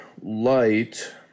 light